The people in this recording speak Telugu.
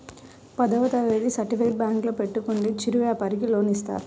పదవ తరగతి సర్టిఫికేట్ బ్యాంకులో పెట్టుకుంటే చిరు వ్యాపారంకి లోన్ ఇస్తారా?